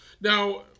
Now